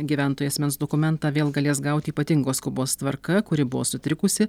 gyventojai asmens dokumentą vėl galės gauti ypatingos skubos tvarka kuri buvo sutrikusi